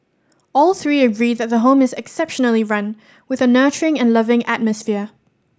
all three agree that the home is exceptionally run with a nurturing and loving atmosphere